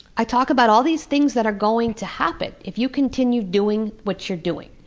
i talk about all these things that are going to happen if you continue doing what you're doing.